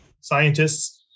scientists